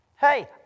Hey